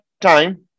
time